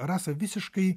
rasa visiškai